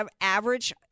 average